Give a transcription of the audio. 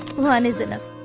one is enough.